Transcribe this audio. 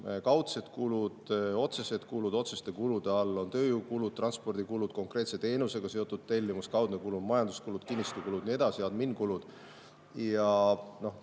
kaudsed kulud, otsesed kulud – otseste kulude all on tööjõukulud, transpordikulud, konkreetse teenusega seotud tellimus, kaudne kulu on majanduskulud, kinnistukulud, adminkulud ja nii